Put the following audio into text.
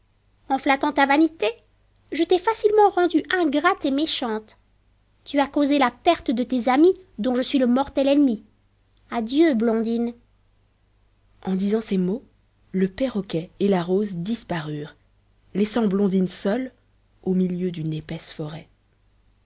en flattant ta vanité je t'ai facilement rendue ingrate et méchante tu as causé la perte de tes amis dont je suis le mortel ennemi adieu blondine en disant ces mots le perroquet et la rose disparurent laissant blondine seule au milieu d'une épaisse forêt